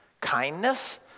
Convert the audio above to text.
kindness